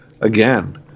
again